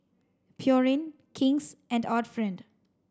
Pureen King's and Art Friend